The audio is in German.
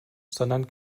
sondern